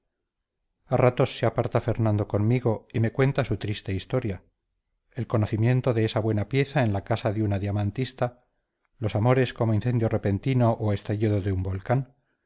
a ratos se aparta fernando conmigo y me cuenta su triste historia el conocimiento de esa buena pieza en la casa de una diamantista los amores como incendio repentino o estallido de un volcán